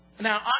Now